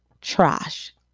trash